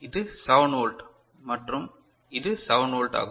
இது 7 வோல்ட் மற்றும் இது 7 வோல்ட் ஆகும்